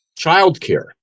Childcare